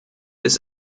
ist